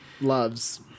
loves